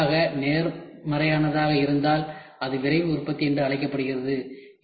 இதன் விளைவாக நேர்மறையானதாக இருந்தால் அது விரைவு உற்பத்தி என்று அழைக்கப்படுகிறது